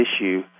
issue